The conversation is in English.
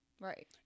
right